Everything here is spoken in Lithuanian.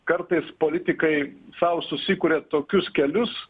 kartais politikai sau susikuria tokius kelius